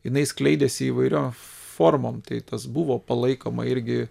jinai skleidėsi įvairiom formom tai tas buvo palaikoma irgi